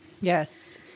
Yes